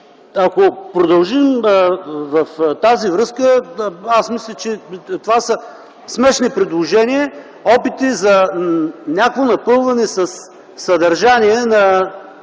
ако продължим в тази връзка, аз мисля, че това са смешни предложения, опити за някакво напълване със съдържание на